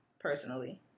personally